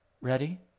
Ready